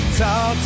talk